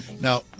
Now